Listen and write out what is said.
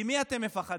ממי אתם מפחדים?